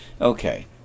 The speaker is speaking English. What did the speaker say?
okay